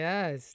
Yes